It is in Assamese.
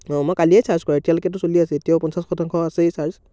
অ' মই কালিয়ে চাৰ্জ কৰা এতিয়ালৈকেটো চলি আছে এতিয়াও পঞ্চাছ শতাংশ আছেই চাৰ্জ